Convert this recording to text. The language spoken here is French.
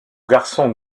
garçon